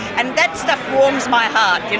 and that stuff warms my heart,